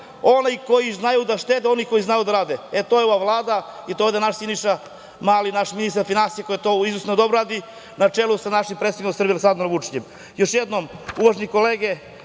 oni koji znaju da štede, oni koji znaju da rade, a to je ova Vlada i naš Siniša Mali, ministar finansija, koji to izvrsno radi, na čelu sa našim predsednikom Srbije Aleksandrom Vučićem. Još jednom, uvažene kolege,